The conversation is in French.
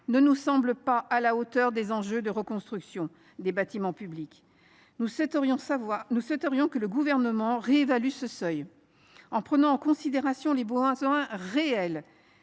ne nous semble pas à la hauteur des enjeux de reconstruction des bâtiments publics. Nous souhaiterions que le Gouvernement réévalue ce seuil, en prenant en considération les besoins réels